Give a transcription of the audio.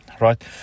right